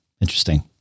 Interesting